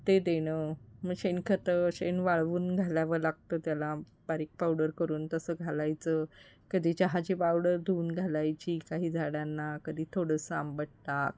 ते देणं मग शेणखतं शेण वाळवून घालावं लागतं त्याला बारीक पावडर करून तसं घालायचं कधी चहाची पावडर धुवून घालायची काही झाडांना कधी थोडंसं आंबट ताक